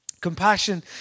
Compassion